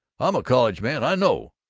i'm a college man i know!